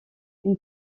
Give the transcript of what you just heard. une